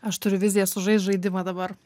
aš turiu viziją sužaist žaidimą dabar